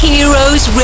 Heroes